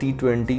T20